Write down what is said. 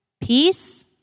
peace